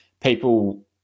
people